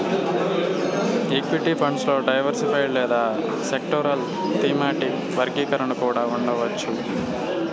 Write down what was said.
equity funds లో diversified లేదా sectoral, thematic వర్గీకరణ కూడా ఉండవచ్చు